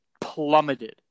plummeted